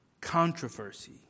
Controversy